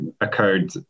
occurred